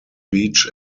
beach